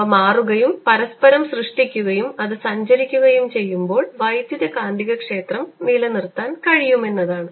അവ മാറുകയും പരസ്പരം സൃഷ്ടിക്കുകയും അത് സഞ്ചരിക്കുകയും ചെയ്യുമ്പോൾ വൈദ്യുതകാന്തികക്ഷേത്രം നിലനിർത്താൻ കഴിയുന്നതാണ്